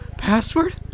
Password